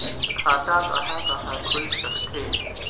खाता कहा कहा खुल सकथे?